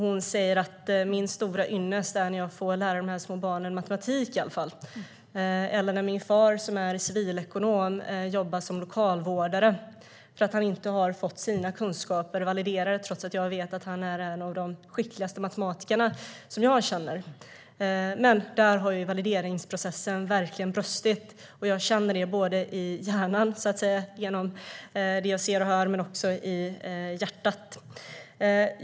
Hon säger: Min stora ynnest är när jag i alla fall får lära de här små barnen matematik. Min far, som är civilekonom, jobbar som lokalvårdare för att han inte har fått sina kunskaper validerade. Han är av de skickligaste matematiker jag känner. Där har valideringsprocessen verkligen brustit, och jag känner det både i hjärnan genom det jag ser och hör och i hjärtat.